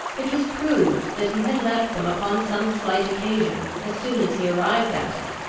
it was proved that he had left them upon some slight occasion, as soon as he arrived at it,